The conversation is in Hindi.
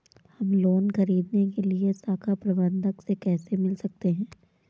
हम लोन ख़रीदने के लिए शाखा प्रबंधक से कैसे मिल सकते हैं?